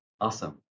Awesome